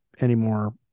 anymore